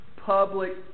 public